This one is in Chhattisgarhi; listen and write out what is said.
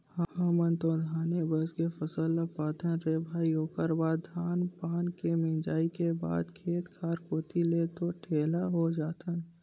हमन तो धाने बस के फसल ले पाथन रे भई ओखर बाद धान पान के मिंजई के बाद खेत खार कोती ले तो ठेलहा हो जाथन